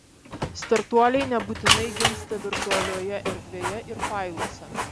startuoliai nebūtinai gimsta virtualioje erdvėje ir failuose